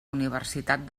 universitat